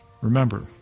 Remember